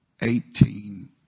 eighteen